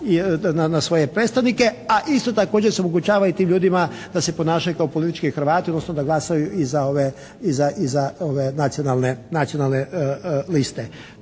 na svoje predstavnike. A isto također se omogućava i tim ljudima da se ponašaju kao politički Hrvati, odnosno da glasaju i za ove, i za nacionalne liste.